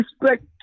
respect